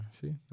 See